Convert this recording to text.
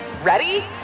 Ready